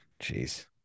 Jeez